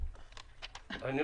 אם אתה יכול,